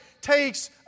takes